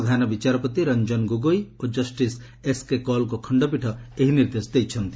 ପ୍ରଧାନ ବିଚାରପତି ରଂକନ ଗୋଗୋଇ ଓ justice S K କୌଲ୍ଙ୍କ ଖଣ୍ଡପୀଠ ଏହି ନିର୍ଦ୍ଦେଶ ଦେଇଛନ୍ତି